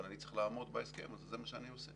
אבל אני צריך לעשות בהסכם, אז זה מה שאני עושה.